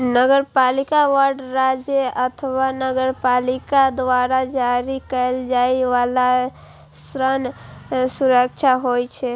नगरपालिका बांड राज्य अथवा नगरपालिका द्वारा जारी कैल जाइ बला ऋण सुरक्षा होइ छै